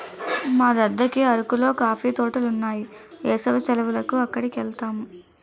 మా దద్దకి అరకులో కాఫీ తోటలున్నాయి ఏసవి సెలవులకి అక్కడికెలతాము